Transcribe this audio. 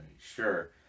sure